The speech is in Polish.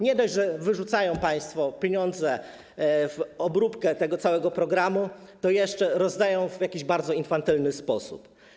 Nie dość, że wyrzucają państwo pieniądze na obróbkę tego całego programu, to jeszcze rozdają w jakiś bardzo infantylny sposób.